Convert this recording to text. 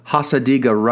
Hasadiga